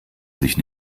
sich